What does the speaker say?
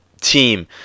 team